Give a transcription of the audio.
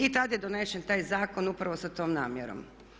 I tad je donesen taj zakon upravo sa tom namjerom.